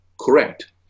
Correct